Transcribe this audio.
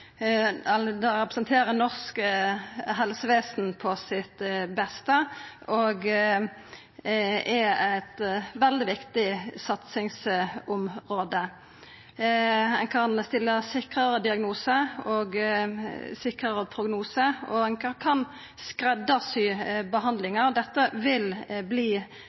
helsevesen på sitt beste og er eit veldig viktig satsingsområde. Ein kan stilla sikrare diagnose og sikrare prognose, og ein kan skreddarsy behandlinga. Dette vil